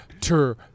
tur